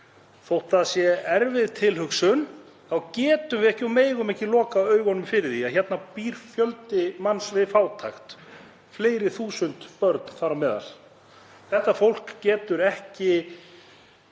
Þótt það sé erfið tilhugsun þá getum við ekki og megum ekki loka augunum fyrir því að hérna býr fjöldi manns við fátækt, fleiri þúsund börn þar á meðal. Þetta fólk getur ekki